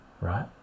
right